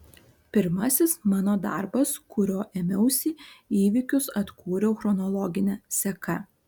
pirmasis mano darbas kurio ėmiausi įvykius atkūriau chronologine seka